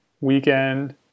Weekend